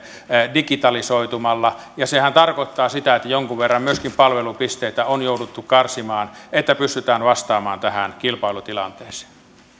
digitalisoitumalla sehän tarkoittaa sitä että jonkun verran myöskin palvelupisteitä on jouduttu karsimaan että pystytään vastaamaan tähän kilpailutilanteeseen